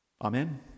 Amen